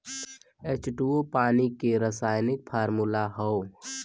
H two O पानी के रासायनिक फार्मूला हौ